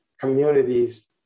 communities